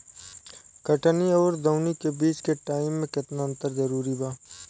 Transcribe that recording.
कटनी आउर दऊनी के बीच के टाइम मे केतना अंतर जरूरी बा?